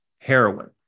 heroin